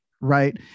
Right